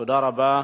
תודה רבה,